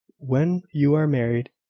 when you are married,